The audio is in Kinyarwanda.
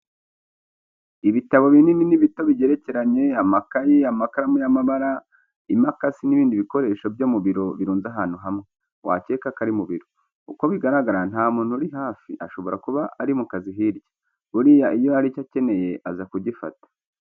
Ibitabo binini n'ibito bigerekeranye, amakayi, amakaramu y'amabara, imakasi n'ibindi bikoresho byo mu biro birunze ahantu hamwe, wakeka ko ari mu biro. Uko bigaragara nta muntu uri hafi, ashobora kuba ari mu kazi hirya. Buriya iyo hari icyo akeneye aza kugifata.